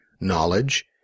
knowledge